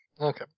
Okay